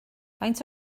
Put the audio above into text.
faint